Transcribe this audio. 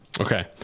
Okay